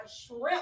shrimp